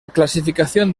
clasificación